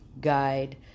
guide